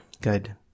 Good